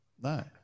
No